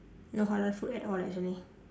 no halal food at all actually